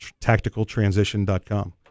tacticaltransition.com